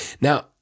Now